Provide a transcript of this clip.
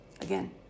Again